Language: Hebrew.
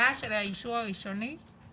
מחדש של האישור הראשוני?